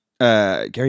Gary